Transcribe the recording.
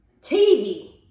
tv